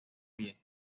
pie